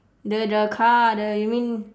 the the car the you mean